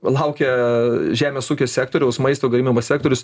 laukia žemės ūkio sektoriaus maisto gamybos sektorius